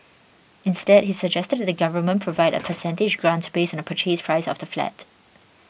instead he suggested that the Government Provide a percentage grant based on the Purchase Price of the flat